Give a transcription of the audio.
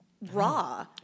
raw